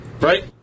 Right